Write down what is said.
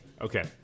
Okay